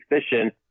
suspicion